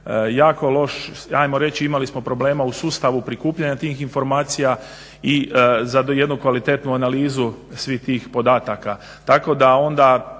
Jako loš, hajmo reći imali smo problema u sustavu prikupljanja tih informacija i za jednu kvalitetnu analizu svih tih podataka